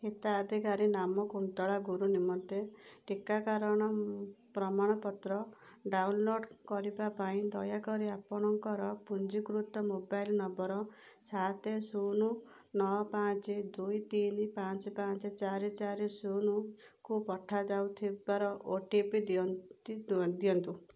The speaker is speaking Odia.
ହିତାଧିକାରୀ ନାମ କୁନ୍ତଳା ଗୁରୁ ନିମନ୍ତେ ଟିକାକରଣର ପ୍ରମାଣପତ୍ର ଡାଉନଲୋଡ଼୍ କରିବା ପାଇଁ ଦୟାକରି ଆପଣଙ୍କର ପଞ୍ଜୀକୃତ ମୋବାଇଲ୍ ନମ୍ବର୍ ସାତ ଶୂନ ନଅ ପାଞ୍ଚ ଦୁଇ ତିନି ପାଞ୍ଚ ପାଞ୍ଚ ଚାରି ଚାରି ଶୂନକୁ ପଠାଯାଇଥିବା ଓ ଟି ପି ଦିଅନ୍ତୁ